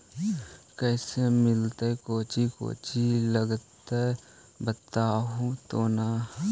कैसे मिलतय कौची कौची लगतय बतैबहू तो न?